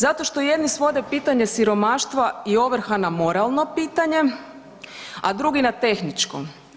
Zato što jedni svode pitanje siromaštva i ovrha na moralno pitanje, a drugi na tehničko.